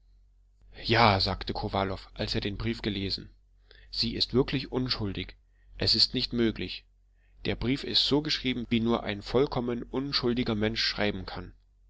ja sagte kowalow als er den brief gelesen sie ist wirklich unschuldig es ist nicht möglich der brief ist so geschrieben wie nur ein vollkommen unschuldiger mensch schreiben kann